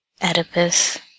Oedipus